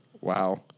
Wow